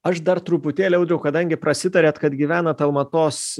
aš dar truputėlį audriau kadangi prasitarėt kad gyvenat almatos